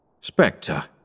Spectre